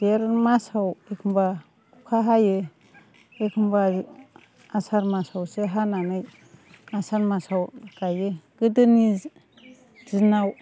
जेठ मासाव एखमब्ला अखा हायो एखमब्ला आसार मासावसो हानानै आसार मासाव गायो गोदोनि दिनाव